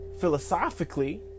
philosophically